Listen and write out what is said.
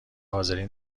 حاضرین